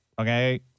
Okay